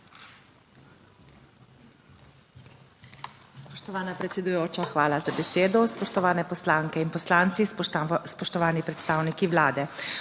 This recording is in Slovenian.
Spoštovana predsedujoča, hvala za besedo. Spoštovane poslanke in poslanci, spoštovani predstavniki Vlade!